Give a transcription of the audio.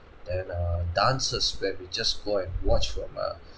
then err dances where we just go and watch from a